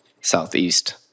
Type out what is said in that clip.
southeast